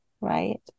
right